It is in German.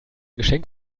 geschenk